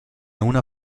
una